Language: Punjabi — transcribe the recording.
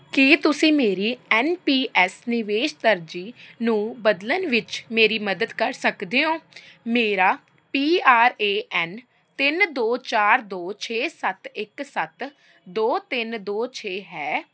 ਕੀ ਤੁਸੀਂ ਮੇਰੀ ਐੱਨ ਪੀ ਐੱਸ ਨਿਵੇਸ਼ ਦਰਜੇ ਨੂੰ ਬਦਲਣ ਵਿੱਚ ਮੇਰੀ ਮਦਦ ਕਰ ਸਕਦੇ ਹੋ ਮੇਰਾ ਪੀ ਆਰ ਏ ਐੱਨ ਤਿੰਨ ਦੋ ਚਾਰ ਦੋ ਛੇ ਸੱਤ ਇੱਕ ਸੱਤ ਦੋ ਤਿੰਨ ਦੋ ਛੇ ਹੈ